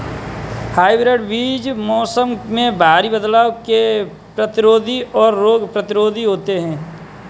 hybrid बीज मौसम में भारी बदलाव के प्रतिरोधी और रोग प्रतिरोधी होते हैं